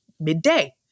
midday